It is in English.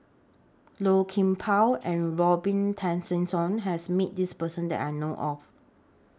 Low Kim Pong and Robin Tessensohn has Met This Person that I know of